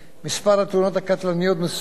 שזה מכה קשה ביותר,